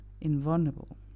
invulnerable